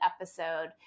episode